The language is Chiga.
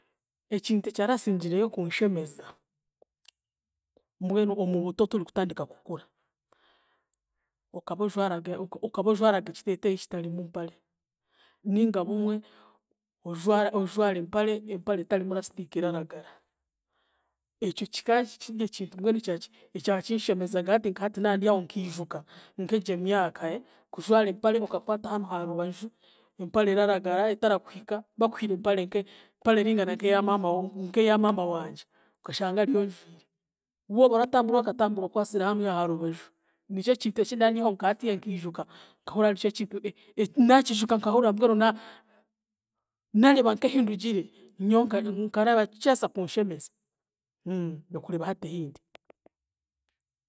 Ekintu ekyarasingireyo kunshemeza mbwenu omu buto turikutandika kukura okaba ojwaraga okaba ojwaraga ekiteeteeyi kitarimu mpare nainga bumwe, ojwara ojwara empare, empare etarimu rasitiika eraragara. Ekyo kika kikakirye ekintu mbwenu ekyaki ekyakinshemezaga hati nka hati na ndyaho nkijuka nk'egyo myaka, kujwara empare okakwata hanu ha rubaju, empare eraragara, etarakuhika bakuhiire empare nke empare eringana nk'eya maama nk'eya maama wa- wangye okashanga ariyo njwire wooba oratambura katambura okwasire hanuuya harubaju. Nikyo kintu eki ndaba ndyaho nka hatiiya nkijuka nkahurira arikyo kintu, naakiijuka nkahurira mbwenu na naareeba nkehindugire nyowe nka- nkarara kirasa kunshemeza. Okureeba hati ehindi.